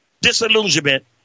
disillusionment